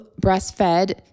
breastfed